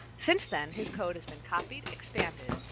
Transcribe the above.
since then, his code has been copied, expanded,